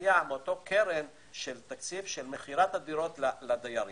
מגיע מאותו קרן של תקציב של מכירת הדירות לדיירים.